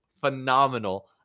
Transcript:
phenomenal